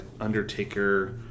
Undertaker